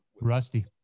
Rusty